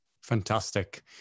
Fantastic